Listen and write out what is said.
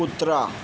कुत्रा